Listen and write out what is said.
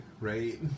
right